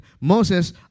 Moses